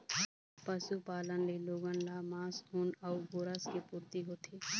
पशुपालन ले लोगन ल मांस, ऊन अउ गोरस के पूरती होथे